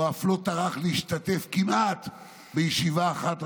והוא אף לא טרח להשתתף כמעט בישיבה אחת,